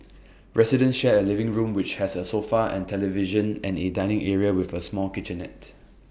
residents share A living room which has A sofa and television and A dining area with A small kitchenette